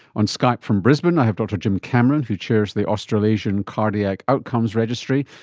on skype from brisbane i have dr jim cameron who chairs the australasian cardiac outcomes registry,